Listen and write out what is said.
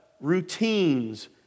routines